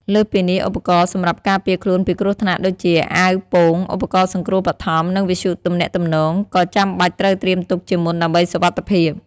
លើសពីនេះ ឧបករណ៍សម្រាប់ការពារខ្លួនពីគ្រោះថ្នាក់ដូចជា អាវពោង ឧបករណ៍សង្គ្រោះបឋម និងវិទ្យុទំនាក់ទំនង ក៏ចាំបាច់ត្រូវត្រៀមទុកជាមុនដើម្បីសុវត្ថិភាព។